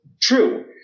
true